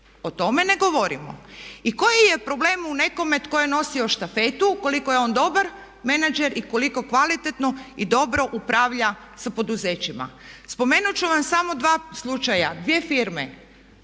O tome ne govorimo. I koji je problem u nekome tko je nosio štafetu ukoliko je on dobar menadžer i ukoliko kvalitetno i dobro upravlja sa poduzećima? Spomenut ću vam samo dva slučaja dvije firme.